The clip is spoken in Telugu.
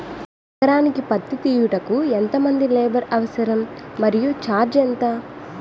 ఎకరానికి పత్తి తీయుటకు ఎంత మంది లేబర్ అవసరం? మరియు ఛార్జ్ ఎంత?